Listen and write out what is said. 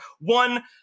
One